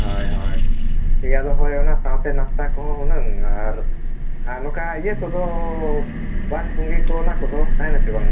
ᱦᱳᱭ ᱦᱳᱭ ᱤᱭᱟᱹ ᱫᱚ ᱱᱟᱦᱟᱜ ᱚᱱᱟ ᱥᱟᱶᱛᱮ ᱱᱟᱥᱛᱟ ᱠᱚᱦᱚᱸ ᱦᱩᱱᱟᱹᱝ ᱟᱨ ᱱᱚᱝᱠᱟ ᱤᱭᱟᱹ ᱠᱚᱫᱚ ᱯᱟᱱ ᱯᱩᱸᱜᱤ ᱠᱚ ᱚᱱᱟ ᱠᱚ ᱛᱟᱦᱮᱱᱟ ᱥᱮ ᱵᱟᱝ ᱜᱮ